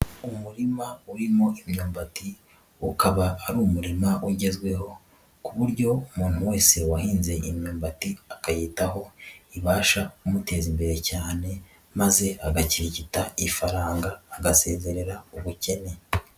Umurima urimo imyumbati ukaba ari umurima ugezweho ku buryo umuntu wese wahinze imyumbati akayitaho ibasha kumuteza imbere cyane maze agakigita ifaranga, agasezerera ubukene.